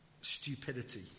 stupidity